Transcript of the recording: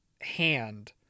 hand